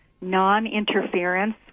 non-interference